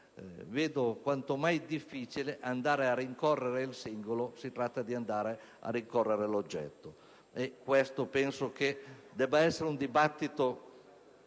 vedo quanto mai difficile andare a rincorrere il singolo: si tratta di andare a rincorrere l'oggetto. Questo penso debba essere l'oggetto